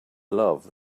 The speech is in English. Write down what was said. love